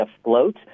afloat